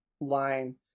line